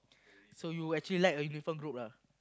so you actually like a uniform group lah